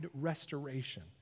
restoration